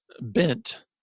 bent